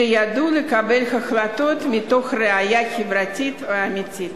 שידעו לקבל החלטות מתוך ראייה חברתית אמיתית.